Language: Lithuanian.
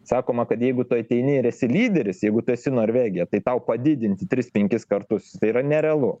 sakoma kad jeigu tu ateini ir esi lyderis jeigu tu esi norvegija tai tau padidinti tris penkis kartus tai yra nerealu